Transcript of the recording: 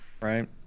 Right